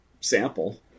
sample